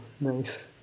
nice